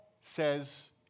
says